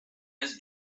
has